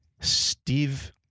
Steve